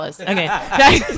Okay